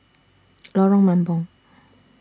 Lorong Mambong